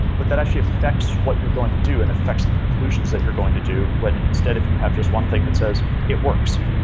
but that actually affects what you're going to do and affects the conclusions that you're going to do when instead of you have just one thing that says, it works,